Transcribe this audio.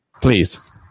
Please